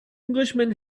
englishman